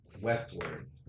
westward